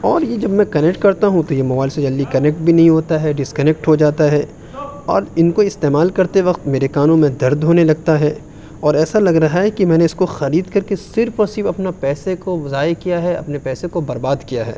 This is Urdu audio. اور یہ جب میں کنیکٹ کرتا ہوں تو یہ موبائل سے جلدی کنیکٹ بھی نہیں ہوتا ہے ڈسکنیکٹ ہو جاتا ہے اور ان کو استعمال کرتے وقت میرے کانوں میں درد ہونے لگتا ہے اور ایسا لگ رہا ہے کہ میں نے اس کو خرید کر کے صرف اور صرف اپنا پیسے کو ضائع کیا ہے اپنے پیسے کو برباد کیا ہے